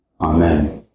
Amen